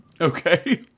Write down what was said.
Okay